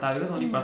mm